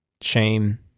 shame